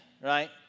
right